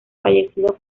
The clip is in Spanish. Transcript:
fallecido